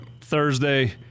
Thursday